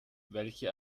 welche